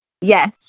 Yes